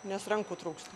nes rankų trūksta